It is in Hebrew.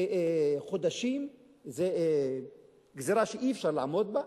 וחודשים זו גזירה שאי-אפשר לעמוד בה.